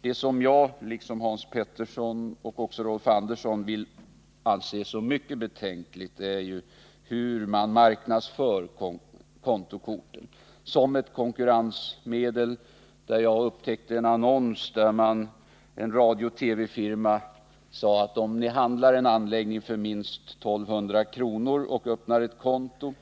Det som jag, liksom Hans Petersson och Rolf Andersson, anser vara mycket betänkligt är hur kontokorten marknadsförs, nämligen som ett konkurrensmedel. Jag upptäckte en annons där en radiooch TV-firma sade: Om ni köper en anläggning för minst 1 200 kr. och öppnar ett konto,